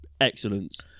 excellence